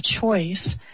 choice